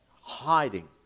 hiding